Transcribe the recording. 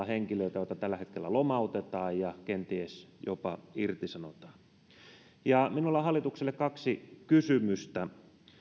henkilöitä joita tällä hetkellä lomautetaan ja kenties jopa irtisanotaan minulla on hallitukselle kaksi kysymystä